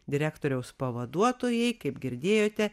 direktoriaus pavaduotojai kaip girdėjote